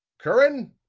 curran,